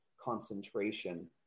concentration